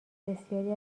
بسیاری